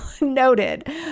noted